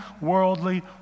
worldly